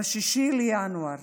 ב-6 בינואר